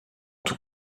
tout